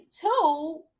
two